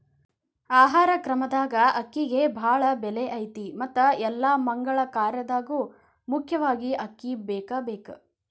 ಆಹಾರ ಕ್ರಮದಾಗ ಅಕ್ಕಿಗೆ ಬಾಳ ಬೆಲೆ ಐತಿ ಮತ್ತ ಎಲ್ಲಾ ಮಗಳ ಕಾರ್ಯದಾಗು ಮುಖ್ಯವಾಗಿ ಅಕ್ಕಿ ಬೇಕಬೇಕ